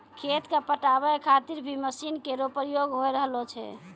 खेत क पटावै खातिर भी मसीन केरो प्रयोग होय रहलो छै